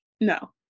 No